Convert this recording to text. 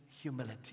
humility